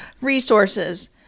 Resources